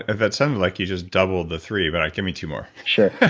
that sounded like you just double the three, but give me two more sure.